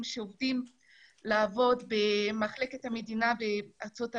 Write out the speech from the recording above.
שרוצים לעבוד במחלקת המדינה בארצות הברית.